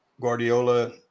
Guardiola